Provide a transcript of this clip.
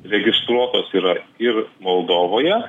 registruotos yra ir moldovoje